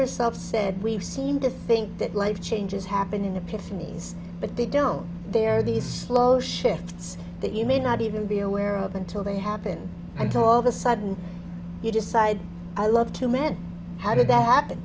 herself said we've seen the think that life changes happen in the pits in these but they don't they're these slow shifts that you may not even be aware of until they happen i thought all the sudden you decide i love to man how did that happen